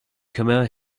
khmer